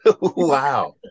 wow